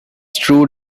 true